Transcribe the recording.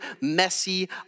messy